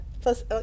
plus